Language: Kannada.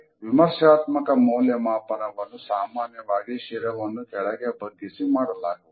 ವಿಮರ್ಶಾತ್ಮಕ ಮೌಲ್ಯಮಾಪನವನ್ನು ಸಾಮಾನ್ಯವಾಗಿ ಶಿರವನ್ನು ಕೆಳಗೆ ಬಗ್ಗಿಸಿ ಮಾಡಲಾಗುವುದು